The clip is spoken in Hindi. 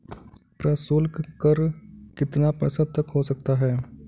प्रशुल्क कर कितना प्रतिशत तक हो सकता है?